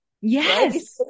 Yes